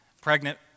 Pregnant